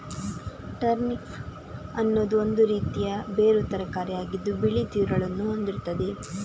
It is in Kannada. ಟರ್ನಿಪ್ ಅನ್ನುದು ಒಂದು ರೀತಿಯ ಬೇರು ತರಕಾರಿ ಆಗಿದ್ದು ಬಿಳಿ ತಿರುಳನ್ನ ಹೊಂದಿರ್ತದೆ